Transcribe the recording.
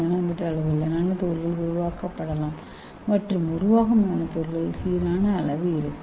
M அளவுள்ள nano துகள்கள் உருவாக்கப்படலாம் மற்றும் உருவாகும் நானோ துகள்கள் சீரான அளவு இருக்கும்